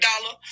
dollar